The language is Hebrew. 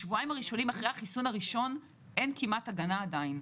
בשבועיים הראשונים אחרי החיסון הראשון אין כמעט הגנה עדיין.